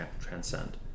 transcend